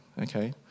okay